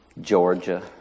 Georgia